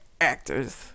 actors